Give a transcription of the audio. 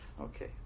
Okay